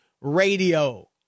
Radio